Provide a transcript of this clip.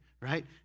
right